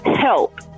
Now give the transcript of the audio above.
help